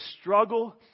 struggle